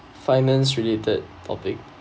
finance related topic